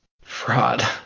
fraud